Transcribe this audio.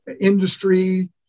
industry